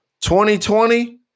2020